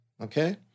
okay